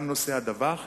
גם נושא הדווח.